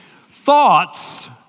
Thoughts